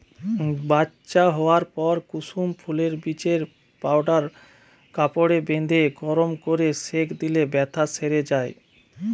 বাচ্চা হোয়ার পর কুসুম ফুলের বীজের পাউডার কাপড়ে বেঁধে গরম কোরে সেঁক দিলে বেথ্যা সেরে যায়